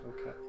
Okay